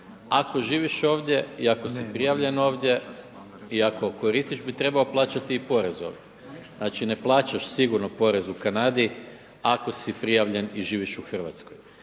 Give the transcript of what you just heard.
ako živiš ovdje i ako si prijavljen ovdje i ako koristiš bi trebao plaćati i porez ovdje. Znači ne plaćaš sigurno porez u Kanadi ako si prijavljen i živiš u Hrvatskoj.